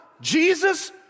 Jesus